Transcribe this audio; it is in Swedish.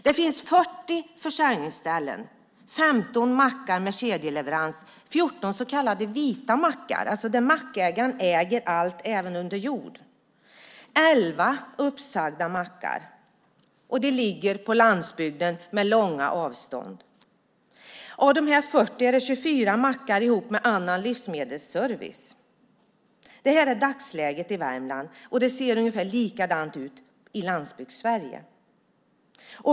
Det finns 40 försäljningsställen, 15 mackar med kedjeleverans och 14 så kallade vita mackar, det vill säga mackar där mackägaren äger allt, även under jord. Vidare har vi elva uppsagda mackar. De ligger på landsbygden, med långa avstånd. Av de 40 försäljningsställena är 24 mackar ihop med annan livsmedelsservice. Det är dagsläget i Värmland, och det ser ungefär likadant ut i övriga Landsbygds-Sverige.